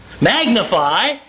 Magnify